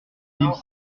mille